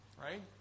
Right